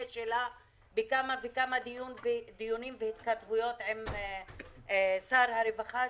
שלה בכמה וכמה דיונים והתכתבויות עם שר הרווחה,